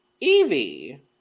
Evie